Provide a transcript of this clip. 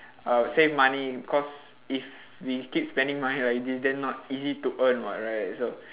uh save money cause if we keep spending money like this not easy to earn [what] right so